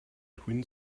twin